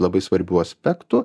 labai svarbių aspektų